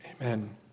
Amen